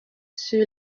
sur